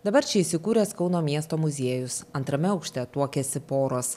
dabar čia įsikūręs kauno miesto muziejus antrame aukšte tuokiasi poros